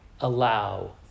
allow